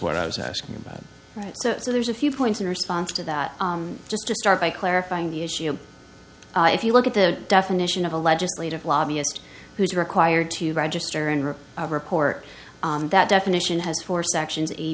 what i was asking about right so there's a few points in response to that just to start by clarifying the issue if you look at the definition of a legislative lobbyist who is required to register and report that definition has four sections